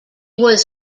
was